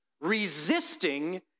resisting